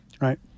right